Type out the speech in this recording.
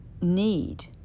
need